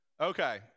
Okay